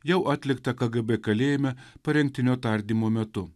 jau atliktą kgb kalėjime parengtinio tardymo metu